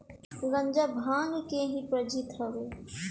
गांजा भांग के ही प्रजाति हवे